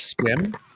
swim